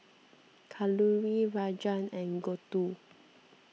Kalluri Rajan and Gouthu